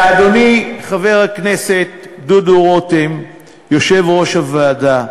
אדוני, חבר הכנסת דודו רותם, יושב-ראש הוועדה,